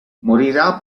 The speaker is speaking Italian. morirà